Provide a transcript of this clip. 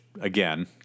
again